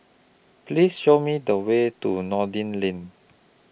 Please Show Me The Way to Noordin Lane